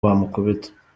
bamukubita